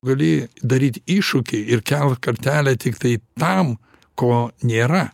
gali daryt iššūkį ir kelt kartelę tiktai tam ko nėra